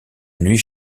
nuit